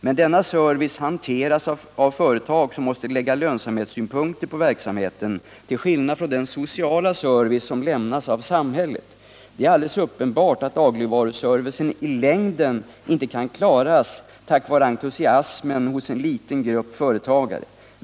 Men denna service hanteras av företag som måste lägga lönsamhetssynpunkter på verksamheten, till skillnad från den sociala service som lämnas av samhället. Det är alldeles uppenbart att dagligvaruservicen i längden inte kan klaras tack vare entusiasmen hos en liten grupp företagare!